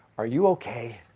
are you ok?